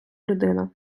людина